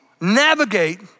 navigate